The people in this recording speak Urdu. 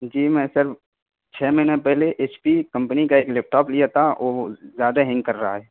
جی میں سر چھ مہینہ پہلے ایچ پی کمپنی کا ایک لیپ ٹاپ لیا تھا وہ زیادہ ہینگ کر رہا ہے